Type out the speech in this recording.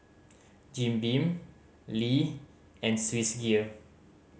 Jim Beam Lee and Swissgear